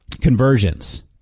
conversions